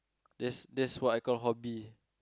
that's that's what I call hobby